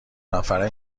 نفره